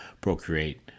procreate